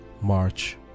March